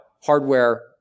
hardware